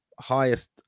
highest